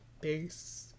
Peace